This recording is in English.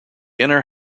inner